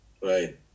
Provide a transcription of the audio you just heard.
Right